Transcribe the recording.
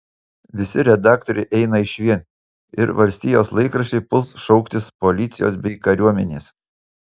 visi redaktoriai eina išvien ir valstijos laikraščiai puls šauktis policijos bei kariuomenės